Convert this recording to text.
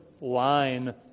line